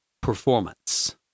performance